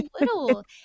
little